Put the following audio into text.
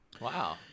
wow